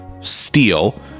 steel